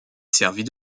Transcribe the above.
servit